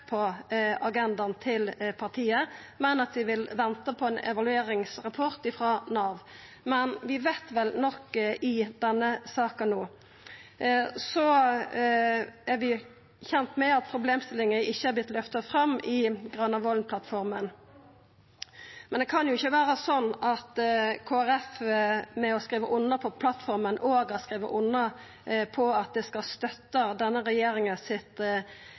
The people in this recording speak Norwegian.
på agendaen til partiet, men at dei vil venta på ein evalueringsrapport frå Nav – men vi veit vel nok i denne saka no. Vi er kjende med at problemstillinga ikkje har vorte løfta fram i Granavolden-plattforma. Det kan jo ikkje vera slik at Kristeleg Folkeparti, ved å skriva under på plattforma, òg har skrive under på at dei skal støtta denne regjeringa